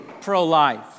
pro-life